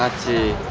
to